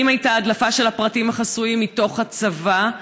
האם הייתה הדלפה של הפרטים החסויים מתוך הצבא?